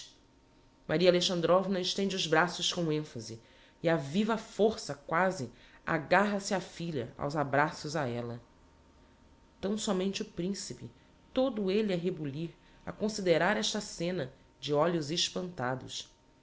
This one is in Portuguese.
matveich maria alexandrovna estende os braços com enfase e á viva força quasi agarra se á filha aos abraços a ella tão sómente o principe todo elle a rebulir a considerar esta scena de olhos espantados